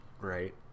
Right